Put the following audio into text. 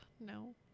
No